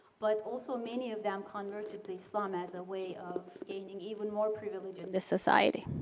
but also many of them converted to islam as a way of gaining even more privilege in this society.